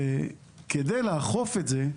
כדי לאכוף את זה,